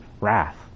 wrath